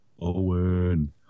Owen